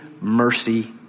mercy